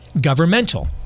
governmental